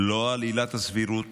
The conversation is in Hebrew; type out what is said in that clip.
לא על עילת הסבירות